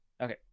okay